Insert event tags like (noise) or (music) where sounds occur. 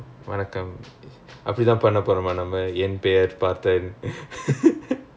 வணக்கம் அப்படி தான் பண்ண போறோமா நம்ம என் பெயர்:vanakkam appadi thaan panna poromaa namma en peyar parthen (laughs)